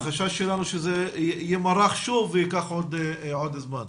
החשש שלנו שזה יימרח שוב וייקח עוד זמן.